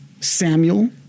Samuel